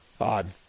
Odd